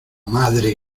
madre